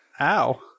Ow